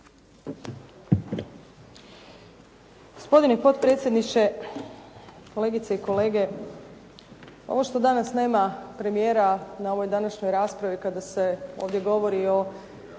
Gospodine potpredsjedniče, kolegice i kolege. Ovo što danas nema premijera na ovoj današnjoj raspravi kada se ovdje govori o